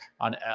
on